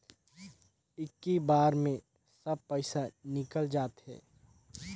इक्की बार मे सब पइसा निकल जाते?